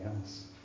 else